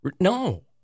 No